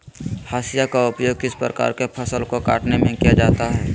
हाशिया का उपयोग किस प्रकार के फसल को कटने में किया जाता है?